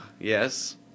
Yes